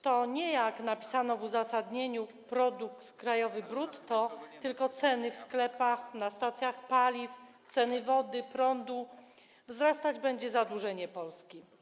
To nie, jak napisano w uzasadnieniu, produkt krajowy brutto, tylko ceny w sklepach, na stacjach paliw, ceny wody, prądu, wzrastać będzie zadłużenie Polski.